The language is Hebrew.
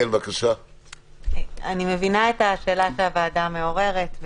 אני מבינה את השאלה שהוועדה מעוררת,